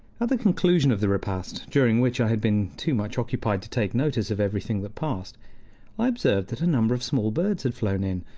the conclusion of the repast, during which i had been too much occupied to take notice of everything that passed i observed that a number of small birds had flown in,